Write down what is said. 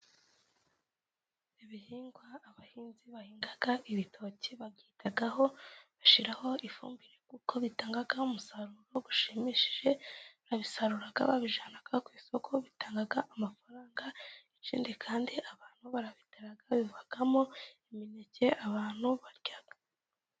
Ibihingwa abahinzi bahinga, ibitoki babyitaho, bashyiraho ifumbire kuko bitanga umusaruro ushimishije. Babisarura babijyana ku isoko, bitanga amafaranga. Ikindi kandi abantu barabitara, bivamo imineke abantu barya.